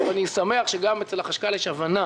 אני שמח שגם בחשכ"ל יש הבנה